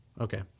Okay